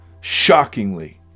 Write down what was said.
shockingly